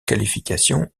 qualification